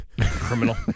criminal